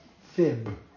Fib